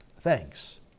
Thanks